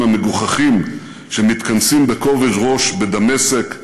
המגוחכים שמתכנסים בכובד ראש בדמשק,